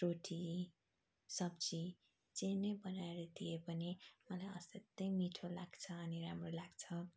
रोटी सब्जी जे नै बनाएर दिए पनि मलाई असाध्य मिठो लाग्छ अनि राम्रो लाग्छ